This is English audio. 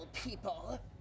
People